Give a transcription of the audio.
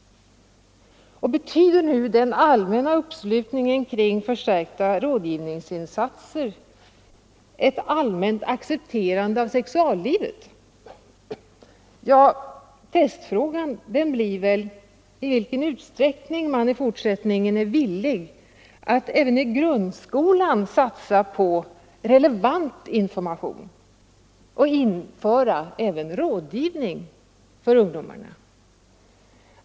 « Betyder nu den allmänna uppslutningen kring förstärkta rådgivningsinsatser ett allmänt accepterande av sexuallivet? Testfrågan blir väl i vilken utsträckning man i fortsättningen är villig att också i grundskolan satsa på relevant information och införa även rådgivning för ungdomarna.